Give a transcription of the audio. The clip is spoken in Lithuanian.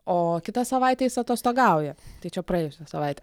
o kitą savaitę jis atostogauja tai čia praėjusią savaitę